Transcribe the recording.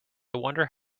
wonder